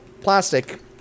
plastic